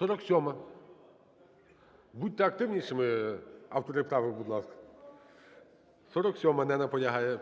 47-а. Будьте активнішими, автори правок, будь ласка. 47-а. Не наполягає.